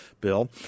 bill